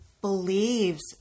believes